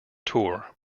tour